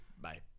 Bye